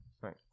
Right